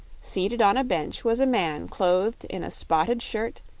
seated on a bench was a man clothed in a spotted shirt,